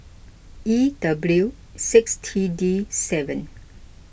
E W six T D seven